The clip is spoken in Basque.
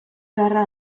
beharra